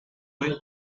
with